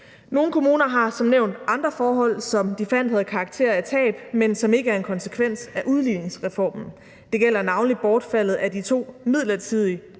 Nogle kommuner har som nævnt andre forhold, som de fandt havde karakter af et tab, men som ikke er en konsekvens af udligningsreformen. Det gælder navnlig bortfaldet af de to midlertidige 2-årige